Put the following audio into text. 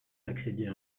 d’accéder